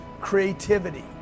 creativity